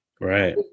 Right